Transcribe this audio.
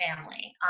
family